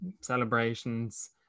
celebrations